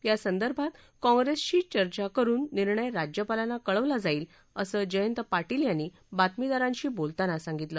या संदर्भात काँग्रेसशी चर्चा करून निर्णय राज्यपालांना कळवला जाईल असं जयंत पार्शील यांनी बातमीदारांशी बोलतांना सांगितलं